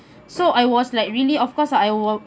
so I was like really of course I will